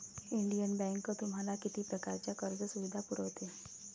Indian bank तुम्हाला किती प्रकारच्या कर्ज सुविधा पुरवते?